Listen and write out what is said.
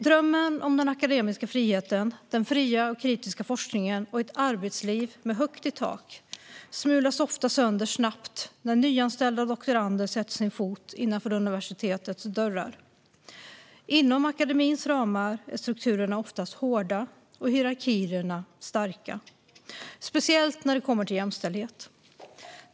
Drömmen om den akademiska friheten, den fria och kritiska forskningen och ett arbetsliv med högt i tak smulas ofta sönder snabbt när nyanställda doktorander sätter sin fot innanför universitetets dörrar. Inom akademins ramar är strukturerna ofta hårda och hierarkierna starka, speciellt när det kommer till jämställdhet.